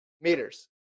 meters